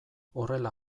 horrela